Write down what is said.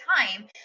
time